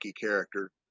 character